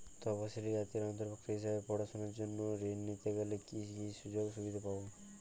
তফসিলি জাতির অন্তর্ভুক্ত হিসাবে পড়াশুনার জন্য ঋণ নিতে গেলে কী কী সুযোগ সুবিধে পাব?